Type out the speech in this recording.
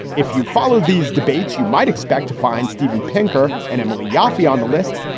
if you follow these debates, you might expect to find steven pinker and emily yoffie on the list.